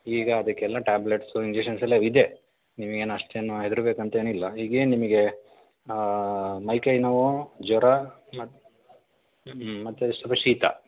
ಈಗ ಅದಕ್ಕೆಲ್ಲ tablets injections ಎಲ್ಲ ಇದೆ ನೀವೇನೂ ಅಷ್ಟೇನು ಹೆದರಬೇಕಂತೇನಿಲ್ಲ ಈಗೇನು ನಿಮಗೆ ಮೈ ಕೈ ನೋವು ಜ್ವರ ಮತ್ತು ಮತ್ತು ಸ್ವಲ್ಪ ಶೀತ